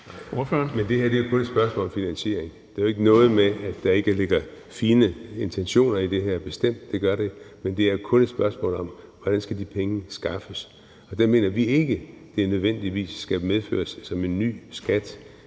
Men det her er kun et spørgsmål om finansiering; det er ikke noget med, at der ikke ligger fine intentioner i det her, for det gør der bestemt. Det er kun et spørgsmål om, hvordan de penge skal skaffes. Og der mener vi ikke, at det nødvendigvis skal indføres som en ny skat